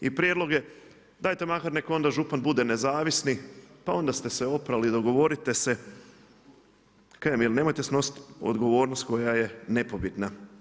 I prijedlog dajte makar nek onda župan bude nezavisni pa onda ste se oprali i dogovorite se jel nemojte snositi odgovornost koja je nepobitna.